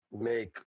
make